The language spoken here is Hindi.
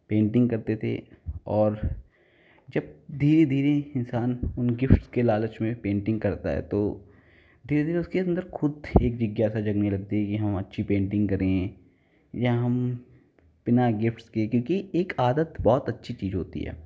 पेंटिंग करते थे और जब धीरे धीरे इंसान गिफ्ट्स के लालच में पेंटिंग करता है तो धीरे धीरे उसके अंदर खुद एक जिज्ञासा जागने लगती है कि हम अच्छी पेंटिंग करेंगे या हम तुम्हें गिफ्ट्स के क्योंकि एक आदत बहुत अच्छी चीज़ होती है